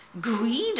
Greed